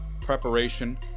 preparation